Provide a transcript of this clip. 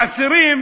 האסירים